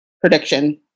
prediction